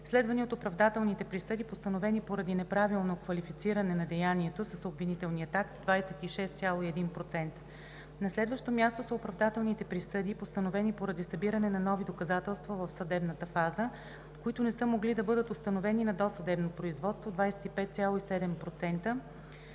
следвани от оправдателните присъди, постановени поради неправилно квалифициране на деянието с обвинителния акт – 26,1%. На следващо място са оправдателните присъди, постановени поради събиране на нови доказателства в съдебната фаза, които не са могли да бъдат установени на досъдебното производство – 25,7%,